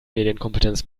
medienkompetenz